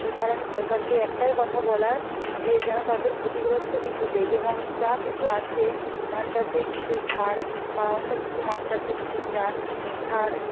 সে কারণে সরকারকে একটাই কথা বলার যে যেন তাদের ক্ষতিগ্রস্ত কিছু দেয় মং যা কিছু আছে ধান চাষে কিছু ছাড় বা অন্য কিছু মাছ চাষে কিছু চাষ ছাড়